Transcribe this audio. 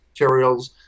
materials